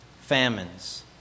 famines